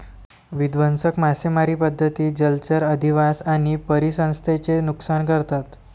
विध्वंसक मासेमारी पद्धती जलचर अधिवास आणि परिसंस्थेचे नुकसान करतात